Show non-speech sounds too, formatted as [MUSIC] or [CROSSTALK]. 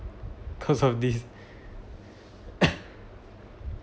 'cos of this [COUGHS]